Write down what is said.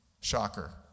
Shocker